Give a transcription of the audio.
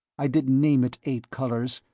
i didn't name it eight colors.